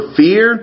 fear